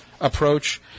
Approach